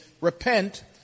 Repent